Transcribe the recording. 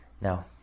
Now